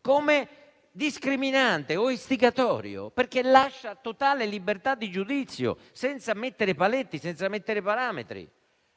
come discriminante o istigatorio, perché lascia totale libertà di giudizio, senza mettere paletti o parametri.